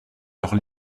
leurs